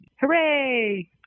Hooray